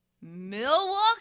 Milwaukee